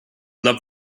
love